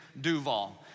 Duval